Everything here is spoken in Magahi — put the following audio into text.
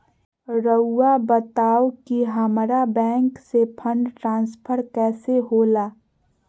राउआ बताओ कि हामारा बैंक से फंड ट्रांसफर कैसे होला?